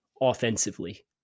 offensively